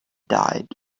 died